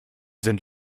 sind